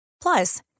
Plus